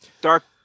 Dark